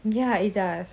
ya it does